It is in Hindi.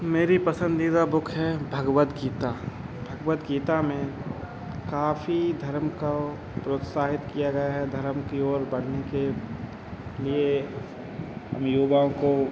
मेरी पसंदीदा बुक है भगवद गीता भगवद गीता में काफ़ी धर्म काे प्रोत्साहित किया गया है धर्म की ओर बढ़ने के लिए हम युवाओं को